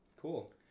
Cool